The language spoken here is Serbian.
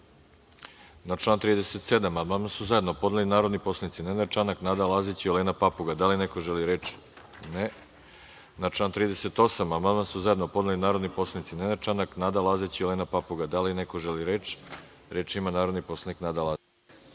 član 37. amandman su zajedno podneli narodni poslanici Nenad Čanak, Nada Lazić i Olena Papuga. Da li neko želi reč?(Ne.)Na član 38. amandman su zajedno podneli narodni poslanici Nenad Čanak, Nada Lazić i Olena Papuga. Da li neko želi reč? (Da.)Reč ima narodni poslanik Nada Lazić.